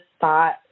thought